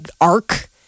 arc